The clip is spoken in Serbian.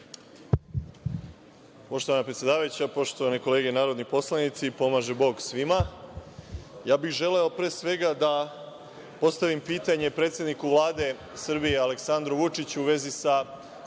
Poštovana predsedavajuća, poštovane kolege narodni poslanici, Pomaže Bog svima, ja bih želeo, pre svega da, postavim pitanje predsedniku Vlade Srbije, Aleksandru Vučiću, u vezi sa